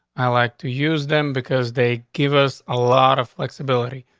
i like to use them because they give us a lot of flexibility.